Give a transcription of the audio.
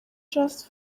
just